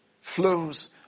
flows